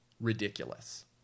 Ridiculous